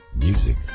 Music